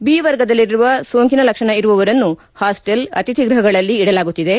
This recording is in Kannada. ಬಿ ವರ್ಗದಲ್ಲಿರುವ ಸೋಂಕಿನ ಲಕ್ಷಣ ಇರುವವರನ್ನು ಹಾಸ್ಟೆಲ್ ಅತಿಥಿ ಗೃಹಗಳಲ್ಲಿ ಇಡಲಾಗುತ್ತಿದೆ